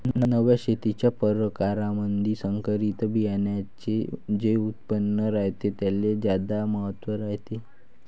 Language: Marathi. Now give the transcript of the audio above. नव्या शेतीच्या परकारामंधी संकरित बियान्याचे जे उत्पादन रायते त्याले ज्यादा महत्त्व रायते